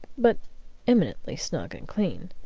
but eminently snug and clean.